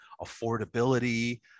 affordability